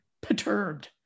perturbed